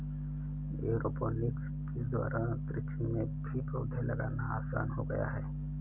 aeroponics विधि द्वारा अंतरिक्ष में भी पौधे लगाना आसान हो गया है